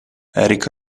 eric